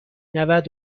نود